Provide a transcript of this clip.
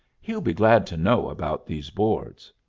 he'll be glad to know about these boards.